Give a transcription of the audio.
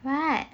what